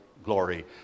Glory